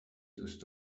دوست